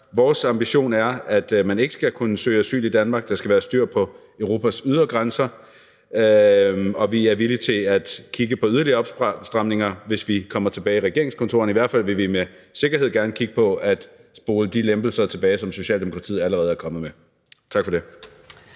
vores ambition, at man ikke skal kunne søge asyl i Danmark, der skal være styr på Europas ydre grænser, og vi er villige til at kigge på yderligere opstramninger, hvis vi kommer tilbage i regeringskontorerne. I hvert fald vil vi med sikkerhed gerne kigge på at rulle de lempelser tilbage, som Socialdemokratiet allerede er kommet med. Tak for det.